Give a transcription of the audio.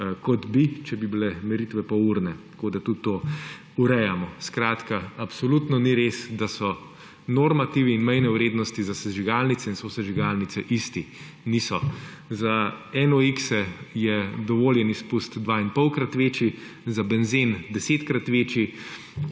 kot bi, če bi bile meritve polurne, tako da tudi to urejamo. Skratka, absolutno ni res, da so normativi in mejne vrednosti za sežigalnice in sosežigalnice isti. Niso. Za NOx je dovoljen izpust dva in pol krat večji, za benzen 10-krat večji,